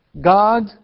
God